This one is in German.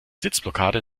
sitzblockade